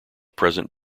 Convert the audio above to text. present